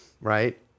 Right